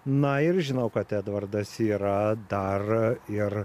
na ir žinau kad edvardas yra dar ir